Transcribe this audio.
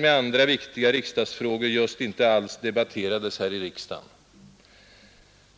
med andra viktiga riksdagsfrågor debatterades dock denna fråga just inte alls i riksdagen.